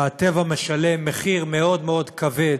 הטבע משלם מחיר מאוד מאוד כבד